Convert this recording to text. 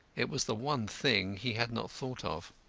it was the one thing he had not thought of.